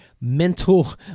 mental